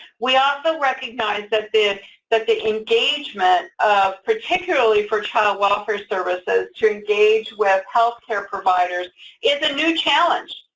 we also recognized that the that the engagement of, particularly for child welfare services to engage with healthcare providers is a new challenge.